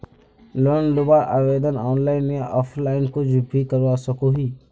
Loan लुबार आवेदन online या ऑफलाइन कुछ भी करवा सकोहो ही?